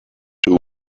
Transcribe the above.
two